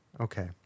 Okay